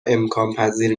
امکانپذیر